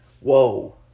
Whoa